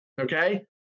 Okay